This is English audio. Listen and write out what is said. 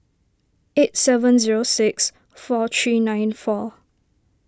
eight seven zero six four three nine four